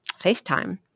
FaceTime